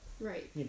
Right